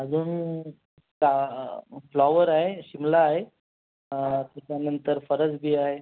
अजून ता फ्लॉवर आहे शिमला आहे त्याच्यानंतर फरसबी आहे